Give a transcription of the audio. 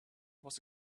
was